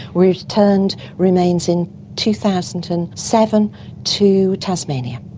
we returned remains in two thousand and seven to tasmania.